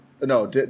no